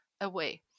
away